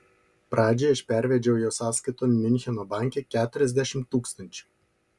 pradžiai aš pervedžiau jo sąskaiton miuncheno banke keturiasdešimt tūkstančių